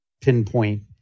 pinpoint